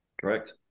Correct